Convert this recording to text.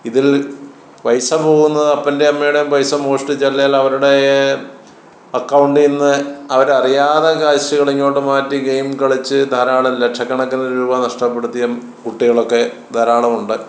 ഇതിൽ പൈസ പോകുന്നത് അപ്പൻ്റെയും അമ്മയുടെയും പൈസ മോഷ്ടിച്ച് അല്ലെങ്കിൽ അവരുടെ അക്കൗണ്ടിൽ നിന്ന് അവർ അറിയാതെ കാശുകൾ ഇങ്ങോട്ട് മാറ്റി ഗെയിം കളിച്ച് ധാരാളം ലക്ഷകണക്കിന് രൂപ നഷ്ടപ്പെടുത്തിയും കുട്ടികളൊക്കെ ധാരാളം ഉണ്ട്